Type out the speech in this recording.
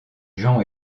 jean